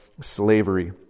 slavery